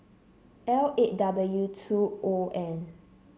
L eight W two O N